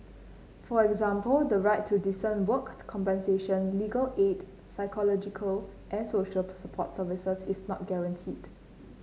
for example the right to decent work compensation legal aid psychological and social support services is not guaranteed